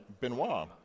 Benoit